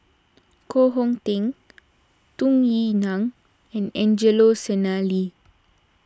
Koh Hong Teng Tung Yue Nang and Angelo Sanelli